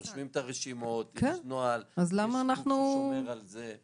רושמים את הרשימות, יש נוהל, יש מי ששומר על זה.